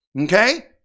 Okay